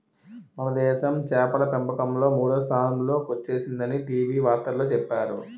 మనదేశం చేపల పెంపకంలో మూడో స్థానంలో కొచ్చేసిందని టీ.వి వార్తల్లో చెప్పేరు